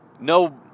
no